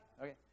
okay